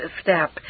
step